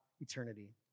eternity